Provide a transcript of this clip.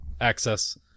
access